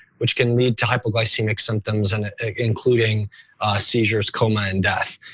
which can lead to hypoglycemic symptoms and including seizures, coma and death.